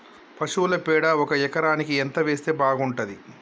పశువుల పేడ ఒక ఎకరానికి ఎంత వేస్తే బాగుంటది?